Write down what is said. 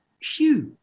Huge